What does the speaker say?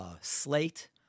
Slate